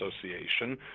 association